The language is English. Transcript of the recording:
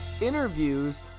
interviews